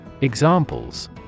Examples